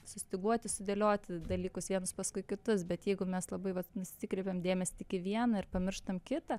sustyguoti sudėlioti dalykus vienus paskui kitus bet jeigu mes labai vat nesikreipiam dėmesį tik į vieną ir pamirštam kitą